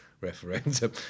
referendum